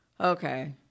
okay